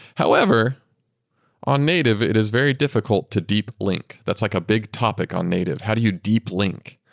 however on native, it is very difficult to deep link. that's like a big topic on native. how do you deep link?